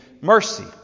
mercy